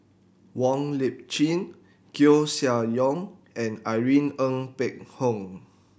Wong Lip Chin Koeh Sia Yong and Irene Ng Phek Hoong